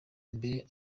mbere